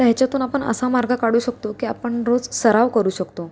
तर ह्याच्यातून आपण असा मार्ग काढू शकतो की आपण रोज सराव करू शकतो